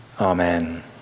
amen